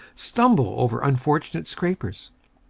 stumble over unfortunate scrapers,